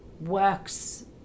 works